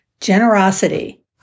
Generosity